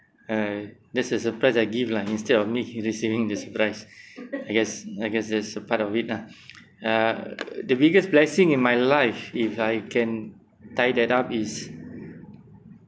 uh that's the surprise I give lah instead of me receiving the surprise I guess I guess that's a part of it ah uh the biggest blessing in my life if I can tie that up is